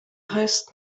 heißt